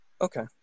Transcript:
Okay